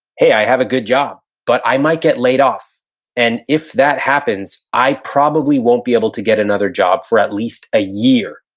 hey, i have a good job but i might get laid off and if that happens, i probably won't be able to get another job for at least a year.